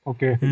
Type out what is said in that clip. Okay